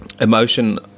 emotion